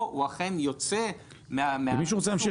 או הוא אכן יוצא מה --- אם מישהו רוצה להמשיך